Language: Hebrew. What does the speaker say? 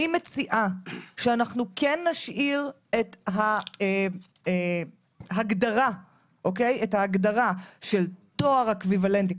אני מציעה שאנחנו כן נשאיר את ההגדרה של תואר אקוויוולנטי.